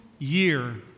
year